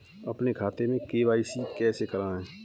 अपने खाते में के.वाई.सी कैसे कराएँ?